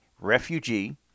refugee